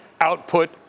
output